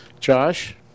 Josh